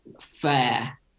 fair